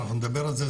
אנחנו נדבר על זה.